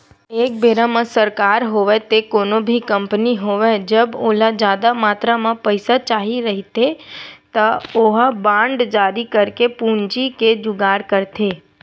एक बेरा म सरकार होवय ते कोनो भी कंपनी होवय जब ओला जादा मातरा म पइसा चाही रहिथे त ओहा बांड जारी करके पूंजी के जुगाड़ करथे